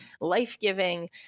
life-giving